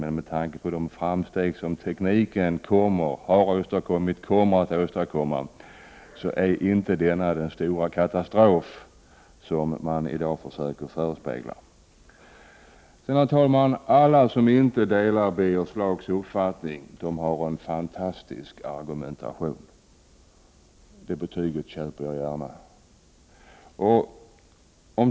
Med tanke på de framsteg som tekniken har åstadkommit och kommer att åstadkomma är bilismen inte den stora katastrof som här förespeglas. Herr talman! Alla som inte delar Birger Schlaugs uppfattning påstås ha en fantastisk argumentation. Det betyget köper jag gärna.